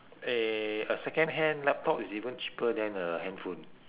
eh a secondhand laptop is even cheaper than a handphone